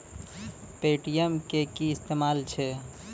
Paytm के कि इस्तेमाल छै?